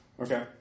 Okay